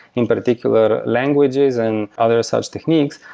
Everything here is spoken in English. in particular, languages and other such techniques,